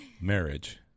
marriage